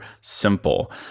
simple